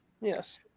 yes